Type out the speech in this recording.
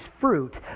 fruit